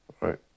Right